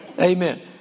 Amen